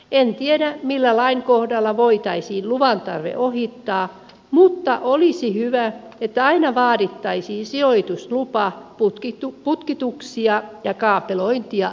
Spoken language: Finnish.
en tiedä millä lainkohdalla voitaisiin luvan tarve ohittaa mutta olisi hyvä että aina vaadittaisiin sijoituslupa putkituksia ja kaapelointia tehtäessä